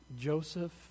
Joseph